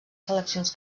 seleccions